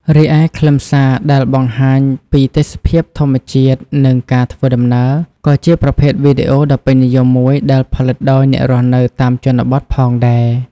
រីឯខ្លឹមសារដែលបង្ហាញពី ទេសភាពធម្មជាតិ និងការធ្វើដំណើរ ក៏ជាប្រភេទវីដេអូដ៏ពេញនិយមមួយដែលផលិតដោយអ្នករស់នៅតាមជនបទផងដែរ។